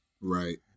right